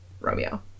Romeo